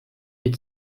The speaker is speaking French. est